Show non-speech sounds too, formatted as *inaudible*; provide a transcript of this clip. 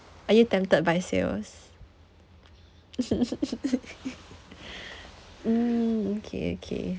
are you tempted by sales *laughs* mm okay okay